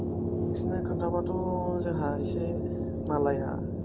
नोंसोरनो खोन्थाबाथ' जोंहा इसे मालाया